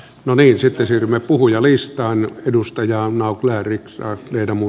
no niin sitä särmäpuhujalistaan edustajaa naucler ix jermu